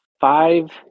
five